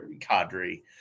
Cadre